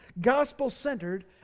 gospel-centered